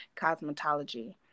cosmetology